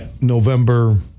November